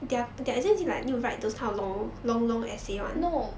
no